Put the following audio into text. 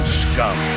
scum